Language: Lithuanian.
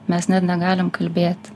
mes net negalim kalbėti